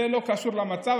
זה לא קשור למצב,